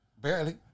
Barely